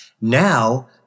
Now